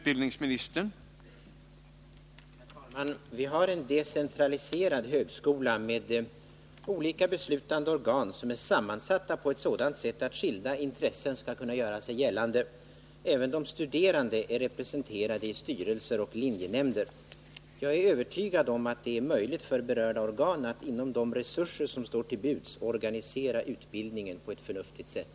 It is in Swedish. Herr talman! Vi har en decentraliserad högskola med olika beslutande organ som är sammansatta på sådant sätt att skilda intressen skall kunna göra sig gällande. Även de studerande är representerade i styrelser och linjenämnder. Jag är övertygad om att det är möjligt för berörda organ att med de resurser som står till buds organisera utbildningen på ett förnuftigt sätt.